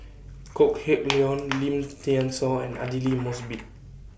Kok Heng Leun Lim Thean Soo and Aidli Mosbit